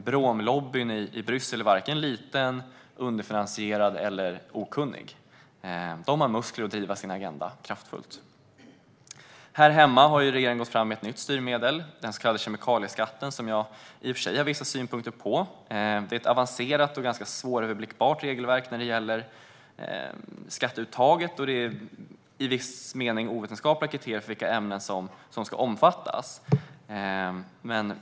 Bromlobbyn i Bryssel är inte vare sig liten, underfinansierad eller okunnig. Den har muskler att driva sin agenda kraftfullt. Här hemma har regeringen gått fram med ett nytt styrmedel, den så kallade kemikalieskatten, som jag i och för sig har vissa synpunkter på. Det är ett avancerat och ganska svåröverskådligt regelverk när det gäller skatteuttaget, och det har i viss mening ovetenskapliga kriterier för vilka ämnen som ska omfattas.